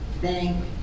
thank